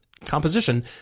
composition